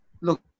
Look